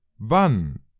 Wann